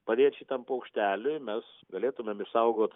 padėt šitam paukšteliui mes galėtumėm išsaugot